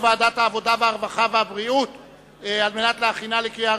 הרווחה והבריאות נתקבלה.